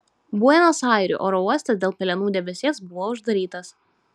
buenos airių oro uostas dėl pelenų debesies buvo uždarytas